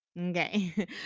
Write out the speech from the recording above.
okay